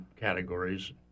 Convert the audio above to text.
categories